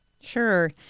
Sure